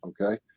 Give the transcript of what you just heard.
okay